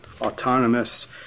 autonomous